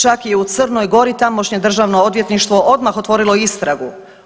Čak i u Crnoj Gori tamošnje Državno odvjetništvo odmah otvorilo istragu.